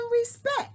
respect